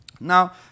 Now